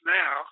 now